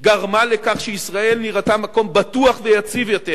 גרמו לכך שישראל נראתה מקום בטוח ויציב יותר